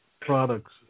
products